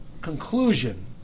conclusion